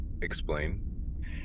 explain